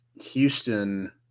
Houston